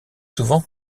souvent